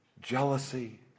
jealousy